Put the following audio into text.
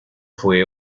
fue